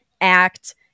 act